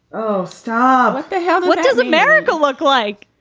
oh, stop. what the hell? what does america look like?